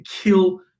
kill